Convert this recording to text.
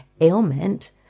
ailment